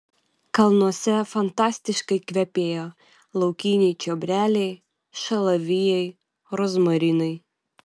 kalnuose fantastiškai kvepėjo laukiniai čiobreliai šalavijai rozmarinai